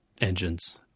engines